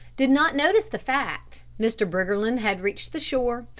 did not notice the fact, mr. briggerland had reached the shore,